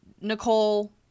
Nicole